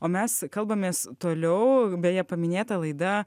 o mes kalbamės toliau beje paminėta laida